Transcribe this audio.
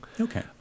Okay